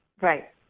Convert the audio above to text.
Right